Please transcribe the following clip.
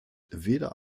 weder